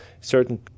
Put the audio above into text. certain